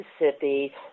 Mississippi